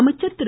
அமைச்சர் திரு